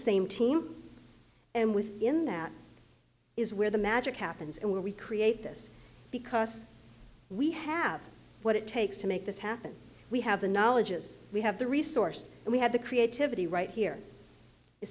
same team and within that is where the magic happens and where we create this because we have what it takes to make this happen we have the knowledge is we have the resource and we had the creativity right here you